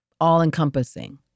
all-encompassing